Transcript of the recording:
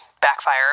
backfire